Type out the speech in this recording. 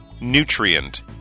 Nutrient